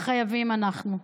חייבים אנחנו.